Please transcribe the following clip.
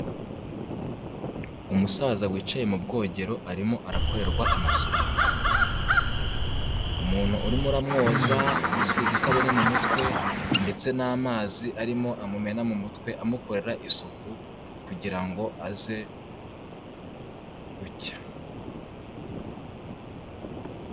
Umusaza wicaye mu bwogero arimo arakorerwa amasuku. Umuntu urimo aramwoza amusiga isabune mu mutwe, ndetse n'amazi arimo amumena mu mutwe amukorera isuku kugira ngo aze gucya.